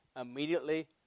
immediately